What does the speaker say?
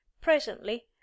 Presently